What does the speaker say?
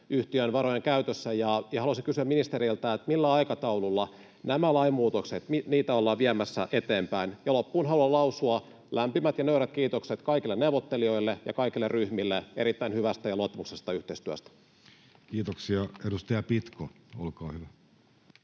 yhtiön varojenkäytössä. Haluaisin kysyä ministeriltä: millä aikataululla näitä lainmuutoksia ollaan viemässä eteenpäin? Loppuun haluan lausua lämpimät ja nöyrät kiitokset kaikille neuvottelijoille ja kaikille ryhmille erittäin hyvästä ja luottamuksellisesta yhteistyöstä. [Speech 47] Speaker: Jussi